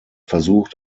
versucht